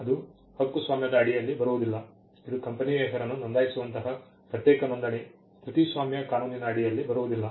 ಅದು ಹಕ್ಕುಸ್ವಾಮ್ಯದ ಅಡಿಯಲ್ಲಿ ಬರುವುದಿಲ್ಲ ಇದು ಕಂಪನಿಯ ಹೆಸರನ್ನು ನೋಂದಾಯಿಸುವಂತಹ ಪ್ರತ್ಯೇಕ ನೋಂದಣಿ ಕೃತಿಸ್ವಾಮ್ಯ ಕಾನೂನಿನ ಅಡಿಯಲ್ಲಿ ಬರುವುದಿಲ್ಲ